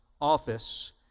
office